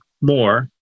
more